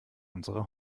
unserer